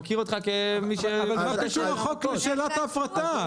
מה קשורה הצעת החוק לשאלת ההפרטה?